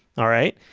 alright,